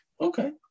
Okay